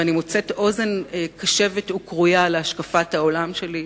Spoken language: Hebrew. ואני מוצאת אוזן קשבת וכרויה להשקפת העולם שלי,